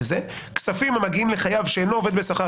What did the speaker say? "כספים המגיעים לחייב שאינו עובד בשכר